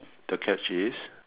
the catch is